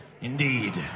Indeed